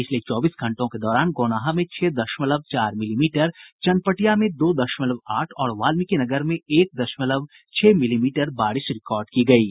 पिछले चौबीस घंटों के दौरान गौनाहा में छह दशमलव चार मिलीमीटर चनपटिया में दो दशमलव आठ और वाल्मिकीनगर में एक दशमलव छह मिलीमीटर बारिश रिकार्ड की गयी है